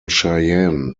cheyenne